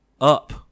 up